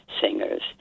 singers